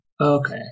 Okay